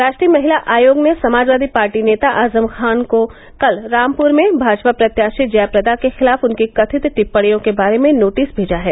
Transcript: राष्ट्रीय महिला आयोग ने समाजवादी पार्टी नेता आजम खान को कल रामपुर में भाजपा प्रत्याशी जया प्रदा के खिलाफ उनकी कथित टिपणियों के बारे में नोटिस भेजा है